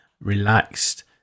relaxed